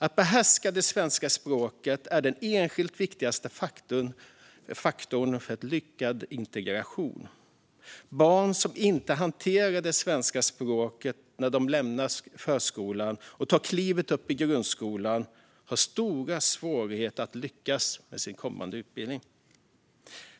Att behärska det svenska språket är den enskilt viktigaste faktorn för lyckad integration. Barn som inte gör det när de lämnar förskolan och tar klivet upp i grundskolan har stora svårigheter att lyckas med sin utbildning.